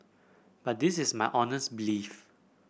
but this is my honest belief